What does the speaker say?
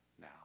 now